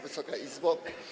Wysoka Izbo!